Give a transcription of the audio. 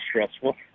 stressful